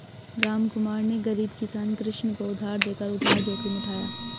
रामकुमार ने गरीब किसान कृष्ण को उधार देकर उधार जोखिम उठाया